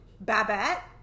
babette